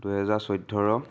দুহেজাৰ চৈধ্য